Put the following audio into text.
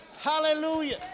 Hallelujah